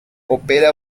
opera